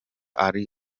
ari